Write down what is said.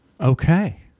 Okay